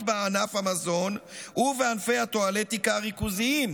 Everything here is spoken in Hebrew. בענף המזון ובענפי הטואלטיקה הריכוזיים,